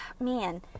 man